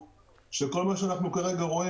שכל מה שאנחנו כרגע רואים,